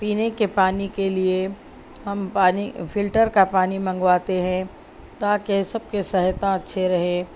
پینے کے پانی کے لیے ہم پانی فلٹر کا پانی منگواتے ہیں تا کہ سب کے صحت اچھے رہے